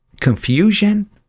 confusion